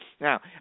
Now